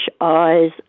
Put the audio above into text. eyes